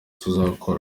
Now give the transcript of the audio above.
tuzakora